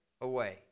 away